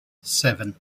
seven